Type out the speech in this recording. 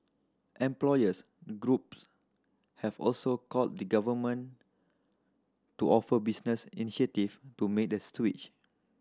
employers groups have also called the Government to offer business incentive to made the switch